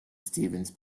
stevens